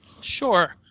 Sure